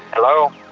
hello?